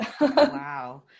wow